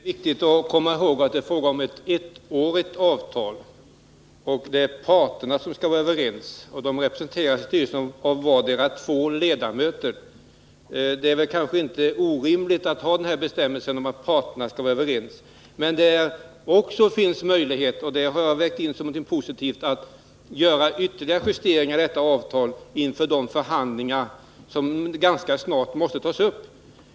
Herr talman! Det är viktigt att komma ihåg att det är fråga om ett ettårigt avtal och att parterna skall vara överens. Parterna representeras i styrelsen av vardera två ledamöter. Och det är väl kanske inte orimligt att ha bestämmelsen om att parterna skall vara överens. Men det finns också möjlighet — och det har jag vägt in som någonting positivt — att göra ytterligare justeringar i detta avtal inför de förhandlingar som ganska snart måste tas upp.